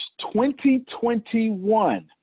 2021